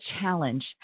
challenge